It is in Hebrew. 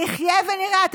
נחיה ונראה.